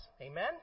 Amen